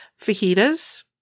Fajitas